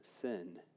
sin